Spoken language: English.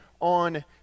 on